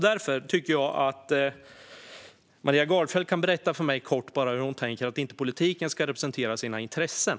Därför tycker jag att Maria Gardfjell kort kan berätta för mig hur hon tänker sig att politiken inte ska representera sina intressen.